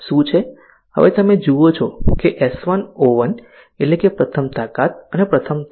હવે તમે જુઓ છો કે S1 O1 એટલે કે પ્રથમ તાકાત અને પ્રથમ તક